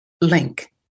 link